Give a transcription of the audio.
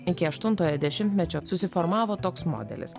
iki aštuntojo dešimtmečio susiformavo toks modelis